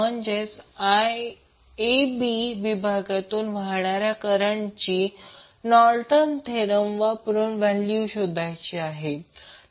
म्हणजेच a b विभागातून वाहणाऱ्या करंटची नॉर्टन थेरम वापरून शोधायची आहे